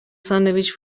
ساندویچ